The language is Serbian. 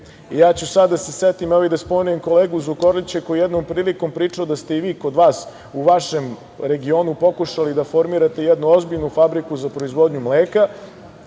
ću da se setim i, evo, da spomenem i kolegu Zukorlića koji je jednom prilikom pričao da ste i vi kod vas u vašem regionu pokušali da formirate jednu ozbiljnu fabriku za proizvodnju mleka